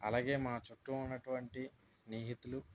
అలాగే మా చుట్టూ ఉన్నటువంటి స్నేహితులు